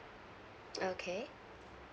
okay